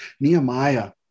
Nehemiah